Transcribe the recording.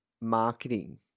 marketing